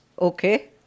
Okay